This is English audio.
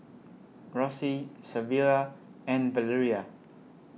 Rosey Savilla and Valeria